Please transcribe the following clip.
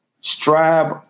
strive